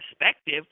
perspective